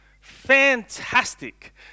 Fantastic